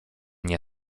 nie